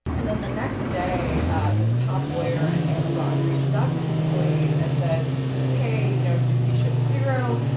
and then the next day this top lawyer at amazon reaches out to these employees and says hey you know juicy ship and zero.